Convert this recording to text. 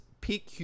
peak